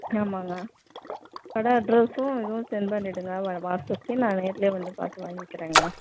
ஆமாங்க கடை அட்ரெஸ்ஸும் இதுவும் சென்ட் பண்ணிவிடுங்க வாட்ஸாப்கே நான் நேர்லேயே வந்து பார்த்து வாங்கிக்கிறேங்க